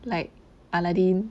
like aladdin